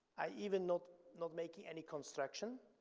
i even not not making any construction,